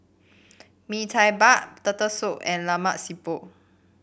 Mee Tai Mak Turtle Soup and Lemak Siput